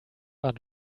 are